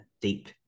deep